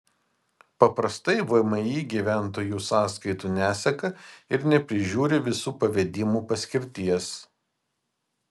paprastai vmi gyventojų sąskaitų neseka ir neprižiūri visų pavedimų paskirties